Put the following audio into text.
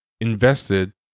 invested